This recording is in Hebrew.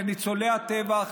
לניצולי הטבח,